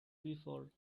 before